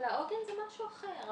אבל העוגן זה משהו אחר,